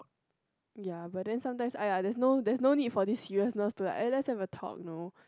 ya but then sometimes !aiya! there's no there's no need for this seriousness to like eh let's have a talk you know